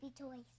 toys